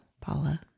Paula